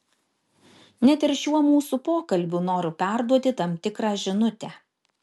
net ir šiuo mūsų pokalbiu noriu perduoti tam tikrą žinutę